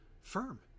firm